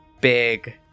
big